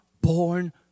born